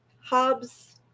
Hobbs